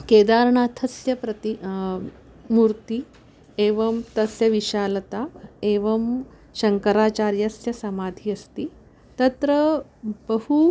केदारनाथस्य प्रति मूर्ति एवं तस्य विशालता एवं शङ्कराचार्यस्य समाधिः अस्ति तत्र बहु